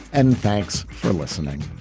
and thanks for listening